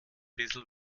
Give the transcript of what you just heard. bissl